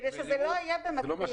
כדי שזה לא יהיה במקביל,